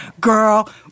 girl